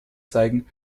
zeigen